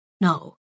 No